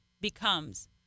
becomes